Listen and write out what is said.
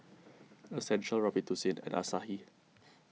Essential Robitussin and Asahi